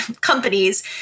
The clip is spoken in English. companies